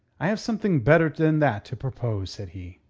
i have something better than that to propose, said he.